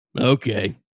okay